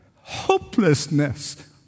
hopelessness